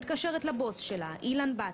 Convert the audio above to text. מדיניות.